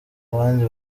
abandi